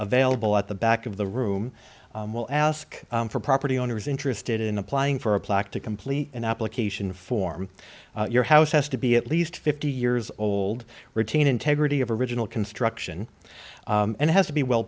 available at the back of the room will ask for property owners interested in applying for a plaque to complete an application form your house has to be at least fifty years old retain integrity of original construction and has to be well